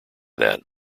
that